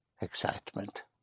excitement